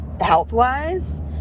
health-wise